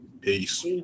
Peace